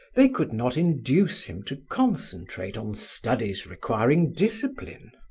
they could not induce him to concentrate on studies requiring discipline.